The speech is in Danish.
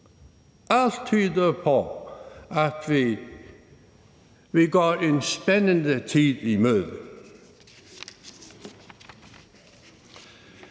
Alt tyder på, at vi går en spændende tid i møde.